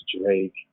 Drake